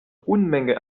unmenge